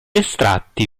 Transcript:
estratti